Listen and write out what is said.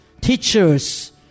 teachers